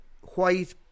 white